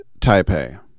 Taipei